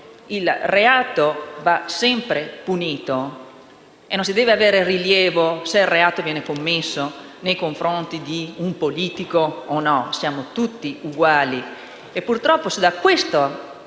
Il reato va sempre punito e non deve avere rilievo se viene commesso nei confronti di un politico o meno: siamo tutti uguali.